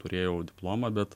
turėjau diplomą bet